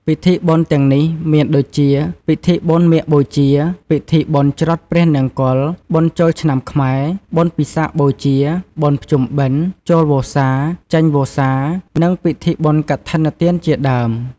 ពិធីបុណ្យទាំងនេះមានដូចជា ពិធីបុណ្យមាឃបូជា ពីធីបុណ្យច្រត់ព្រះនង្គ័ល បុណ្យចូលឆ្នាំខ្មែរ បុណ្យពិសាខបូជា បុណ្យភ្នំបិណ្ឌ ចូលវស្សា ចេញវស្សា និងពិធីបុណ្យកឋិនទានជាដើម។